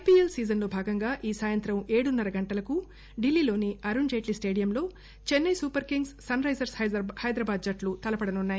IPL season లో భాగంగా ఈ సాయంత్రం ఏడున్నర గంటలకు ఢిల్లీలోని అరుణ్ జైట్లీ స్టేడియంలో Chennai Super Kings Sunrisers Hyderabad జట్లు తలపడనున్నాయి